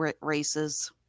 races